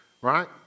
right